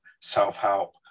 self-help